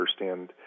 understand